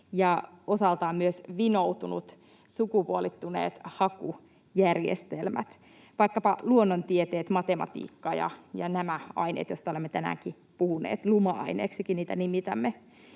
osaltaan myös vinoutuneet, sukupuolittuneet hakujärjestelmät vaikkapa luonnontieteissä, matematiikassa ja näissä aineissa, joista olemme tänäänkin puhuneet — luma-aineiksikin niitä nimitämme.